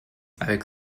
avec